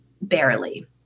barely